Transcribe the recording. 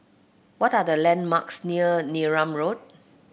what are the landmarks near Neram Road